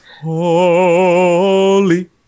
Holy